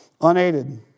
Unaided